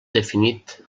definit